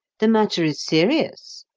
the matter is serious.